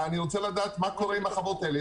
אני רוצה לדעת מה קורה עם החוות האלה.